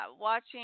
watching